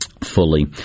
fully